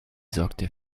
sorgte